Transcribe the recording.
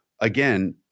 again